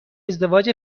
ازدواج